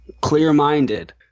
clear-minded